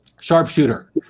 Sharpshooter